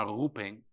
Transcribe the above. roeping